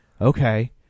Okay